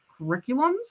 curriculums